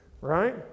Right